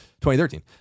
2013